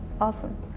Awesome